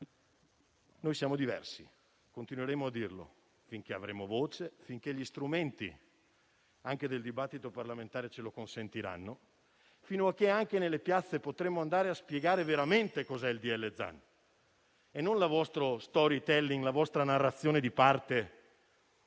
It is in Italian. Noi siamo diversi, continueremo a dirlo finché avremo voce, finché gli strumenti anche del dibattito parlamentare ce lo consentiranno e fino a che anche nelle piazze potremo andare a spiegare veramente che cos'è il disegno di legge Zan, al di là del vostro *storytelling*, della vostra narrazione di parte,